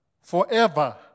Forever